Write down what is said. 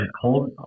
Hold